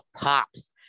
pops